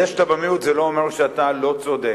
זה שאתה במיעוט, זה לא אומר שאתה לא צודק,